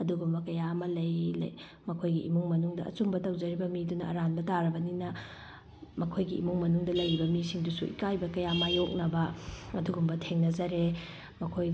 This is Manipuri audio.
ꯑꯗꯨꯒꯨꯝꯕ ꯀꯌꯥ ꯑꯃ ꯂꯩ ꯃꯈꯣꯏꯒꯤ ꯏꯃꯨꯡ ꯃꯅꯨꯡꯗ ꯑꯆꯨꯝꯕ ꯇꯧꯖꯔꯤꯕ ꯃꯤꯗꯨꯅ ꯑꯔꯥꯟꯕ ꯇꯥꯔꯕꯅꯤꯅ ꯃꯈꯣꯏꯒꯤ ꯏꯃꯨꯡ ꯃꯅꯨꯡꯗ ꯂꯩꯔꯤꯕ ꯃꯤꯁꯤꯡꯗꯨꯁꯨ ꯏꯀꯥꯏꯕ ꯀꯌꯥ ꯃꯥꯏꯌꯣꯛꯅꯕ ꯑꯗꯨꯒꯨꯝꯕ ꯊꯦꯡꯅꯖꯔꯦ ꯃꯈꯣꯏ